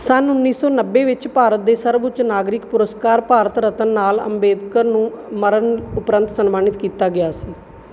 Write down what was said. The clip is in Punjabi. ਸੰਨ ਉੱਨੀ ਸੌ ਨੱਬੇ ਵਿੱਚ ਭਾਰਤ ਦੇ ਸਰਬ ਉੱਚ ਨਾਗਰਿਕ ਪੁਰਸਕਾਰ ਭਾਰਤ ਰਤਨ ਨਾਲ ਅੰਬੇਡਕਰ ਨੂੰ ਮਰਨ ਉਪਰੰਤ ਸਨਮਾਨਿਤ ਕੀਤਾ ਗਿਆ ਸੀ